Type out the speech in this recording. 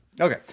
Okay